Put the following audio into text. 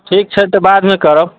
ठीक छै तऽ बादमे करब